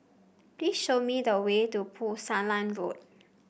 please show me the way to Pulasan Road